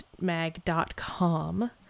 mag.com